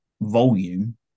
volume